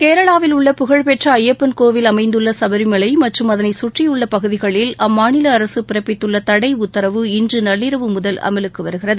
கேரளாவில் உள்ள புகழ்பெற்ற ஐயப்பன் கோவில் அமைந்துள்ள பகுதிகள் மற்றும் அதனை கற்றியுள்ள பகுதிகளில் அம்மாநில அரசு பிறப்பித்துள்ள தடை உத்தரவுகள் இன்று நள்ளிரவு முதல் அமலுக்கு வருகிறது